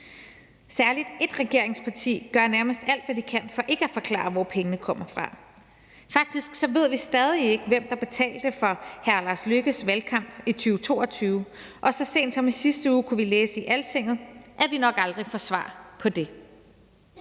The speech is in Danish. Særlig ét regeringsparti gør nærmest alt, hvad de kan, for ikke at forklare, hvor pengene kommer fra. Faktisk ved vi stadig ikke, hvem der betalte for hr. Lars Løkke Rasmussens valgkamp i 2022, og så sent som i sidste uge kunne vi læse i Altinget, at vi nok aldrig får svar på det.